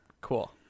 Cool